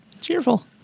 Cheerful